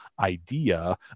idea